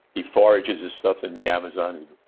he forages his stuff in the amazon.